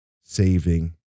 saving